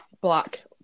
black